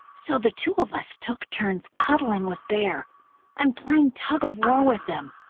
so the two of us took turns cuddling with bear and playing tug-of-war with him.